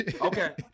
Okay